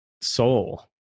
Soul